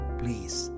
please